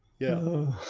yeah,